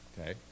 Okay